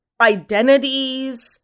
identities